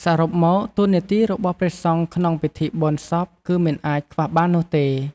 សរុបមក តួនាទីរបស់ព្រះសង្ឃក្នុងពិធីបុណ្យសពគឺមិនអាចខ្វះបាននោះទេ។